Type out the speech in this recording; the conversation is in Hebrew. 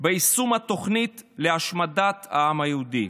לצורך יישום תוכנית השמדת העם היהודי.